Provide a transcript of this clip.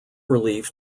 relief